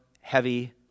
heavy